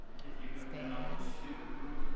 if you go down to,